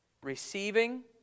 Receiving